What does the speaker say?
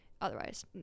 otherwise